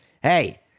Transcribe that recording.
hey